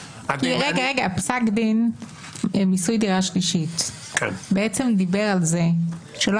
פסק דין מיסוי דירה שלישית דיבר על זה שלא